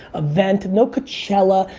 event, no coachella,